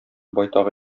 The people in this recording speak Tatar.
байтак